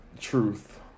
Truth